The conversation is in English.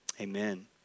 Amen